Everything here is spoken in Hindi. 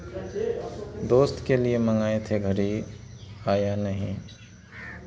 दोस्त के लिए मंगाए थे घड़ी आया नहीं